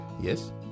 yes